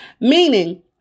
Meaning